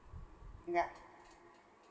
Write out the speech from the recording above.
yeah